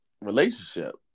relationship